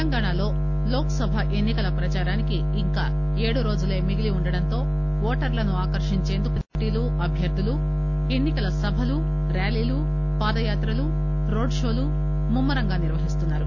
తెలంగాణాలో లోక్ సభ ఎన్ని కల ప్రదారానికి ఇంకా ఏడు రోజులే మిగిలి ఉండటంతో ఓటర్లను ఆకర్షించేందుకు రాజకీయ పార్టీలు అభ్యర్దులు ఎన్నికల సభలు ర్యాలీలు పాదయాత్రలు రోడ్ షోలు ముమ్మరంగా నిర్వహిస్తున్నారు